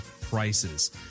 prices